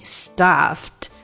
stuffed